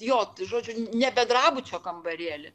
jo žodžiu ne bedrabučio kambarėlį